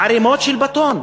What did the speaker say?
ערמות של בטון?